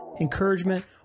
encouragement